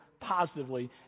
positively